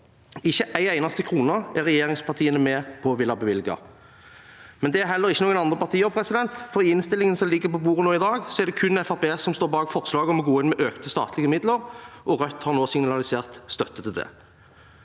Ikke én eneste krone er regjeringspartiene med på å ville bevilge, men det er heller ingen andre partier. I innstillingen som ligger på bordet nå i dag, er det kun Fremskrittspartiet som står bak forslaget om å gå inn med økte statlige midler – og Rødt har nå signalisert støtte til det.